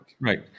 Right